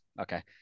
Okay